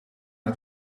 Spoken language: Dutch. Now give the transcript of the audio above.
het